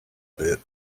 bit